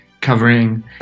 covering